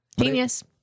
Genius